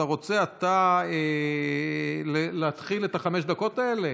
אתה רוצה אתה להתחיל את חמש הדקות האלה?